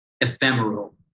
ephemeral